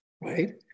right